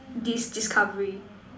this discovery